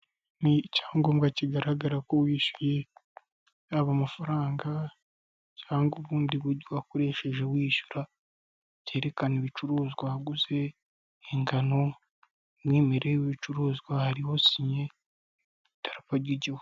Ni icyangombwa kigaragara ko wishyuye, yaba amafaranga cyangwa ubundi buryo wakoresheje wishyura, cyerekana ibicuruzwa waguze, ingano umwimerere w'ibicuruzwa, hariho sinye, idarapo ry'igihugu.